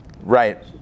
Right